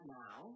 now